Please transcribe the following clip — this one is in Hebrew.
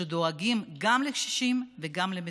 שדואגים גם לקשישים וגם למטופלים.